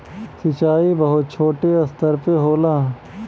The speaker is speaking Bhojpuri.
सिंचाई बहुत छोटे स्तर पे होला